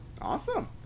Awesome